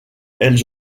elles